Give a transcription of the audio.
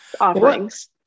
offerings